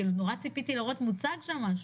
נורא ציפיתי לראות שמוצג שם משהו.